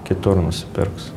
kitur nusipirks